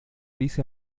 dice